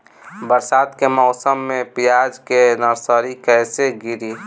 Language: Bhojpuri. बरसात के मौसम में प्याज के नर्सरी कैसे गिरी?